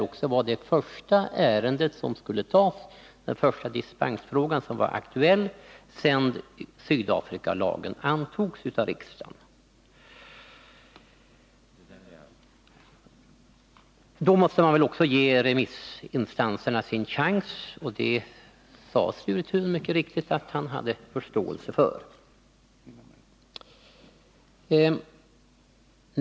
Och eftersom detta var den första dispensfråga som var aktuell sedan Sydafrikalagen antogs av riksdagen måste man också ge remissinstanserna en chans. Det sade Sture Thun också att han hade förståelse för.